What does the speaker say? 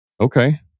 Okay